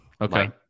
Okay